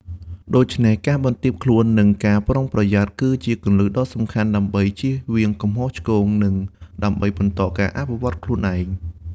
ដូច្នេះ ការបន្ទាបខ្លួន និងការប្រុងប្រយ័ត្ន គឺជាគន្លឹះដ៏សំខាន់ដើម្បីជៀសវាងកំហុសឆ្គង និងដើម្បីបន្តការអភិវឌ្ឍន៍ខ្លួនឯង។